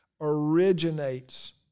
originates